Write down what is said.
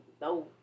no